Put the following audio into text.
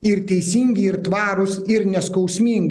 ir teisingi ir tvarūs ir neskausmingi